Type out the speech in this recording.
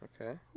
Okay